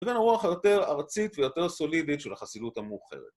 ובין הרוח יותר ארצית ויותר סולידית של החסידות המאוחרת